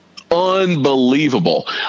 unbelievable